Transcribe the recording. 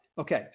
Okay